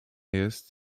jest